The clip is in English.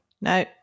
No